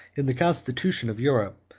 in the constitution of europe,